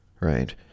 right